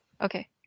Okay